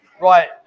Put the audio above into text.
right